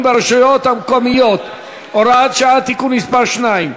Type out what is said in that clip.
ברשויות המקומיות (הוראת שעה) (תיקון מס' 2),